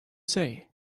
say